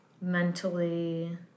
mentally